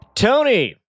Tony